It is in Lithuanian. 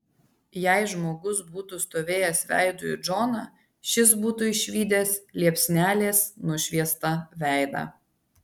jei žmogus būtų stovėjęs veidu į džoną šis būtų išvydęs liepsnelės nušviestą veidą